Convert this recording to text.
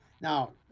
Now